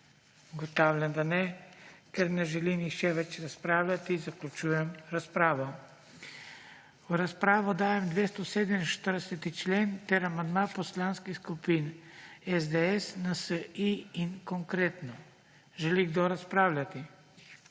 Ugotavljam, da ne. Ker ne želi nihče več razpravljati zaključujem razpravo. V razpravo dajem 247. člen ter amandma poslanskih skupin SDS, NSi in Konkretno. Želi kdo razpravljati?